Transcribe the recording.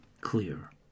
clear